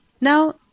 Now